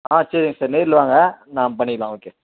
ஆ சரிங்க சார் நேரில் வாங்க நம்ம பண்ணிக்கலாம் ஓகே